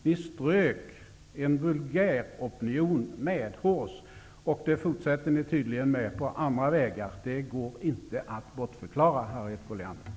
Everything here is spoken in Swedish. Ni strök en vulgäropinion medhårs, och det fortsätter ni tydligen med på andra vägar. Det går inte att bortförklara, Harriet